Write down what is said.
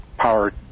power